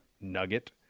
nugget